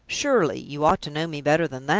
surely, you ought to know me better than that?